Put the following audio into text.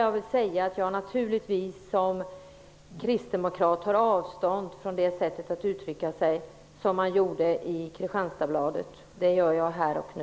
Sedan vill jag säga att jag som kristdemokrat naturligtvis tar avstånd från det sättet att uttrycka sig som man gjorde i Kristianstadsbladet. Det gör jag här och nu.